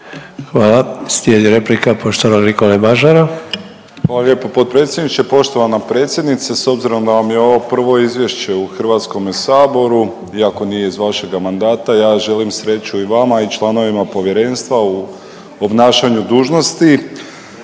Hvala. Slijedi replika poštovanog Nikole Mažara. **Mažar, Nikola (HDZ)** Hvala lijepo potpredsjedniče. Poštovana predsjednice s obzirom da vam je ovo prvo izvješće u Hrvatskome saboru, iako nije iz vašega mandata ja želim sreću i vama i članovima povjerenstva u obnašanju dužnosti.